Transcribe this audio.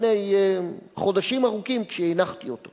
לפני חודשים ארוכים, כשהנחתי אותו.